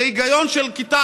זה היגיון של כיתה